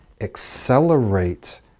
accelerate